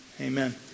Amen